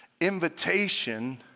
invitation